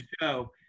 show